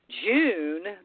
June